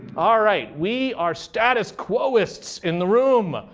ah right. we are status quoists in the room.